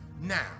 now